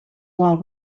while